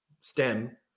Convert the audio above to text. STEM